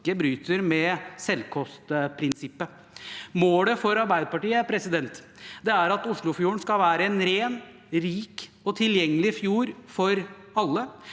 som ikke bryter med selvkostprinsippet. Målet for Arbeiderpartiet er at Oslofjorden skal vær en ren, rik og tilgjengelig fjord for alle.